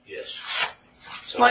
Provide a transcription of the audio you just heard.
Yes